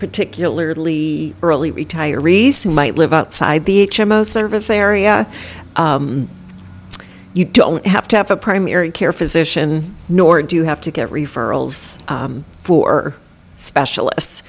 particularly early retirees who might live outside the h m o service area you don't have to have a primary care physician nor do you have to get referrals for specialists